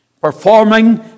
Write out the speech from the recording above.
performing